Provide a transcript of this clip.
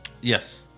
Yes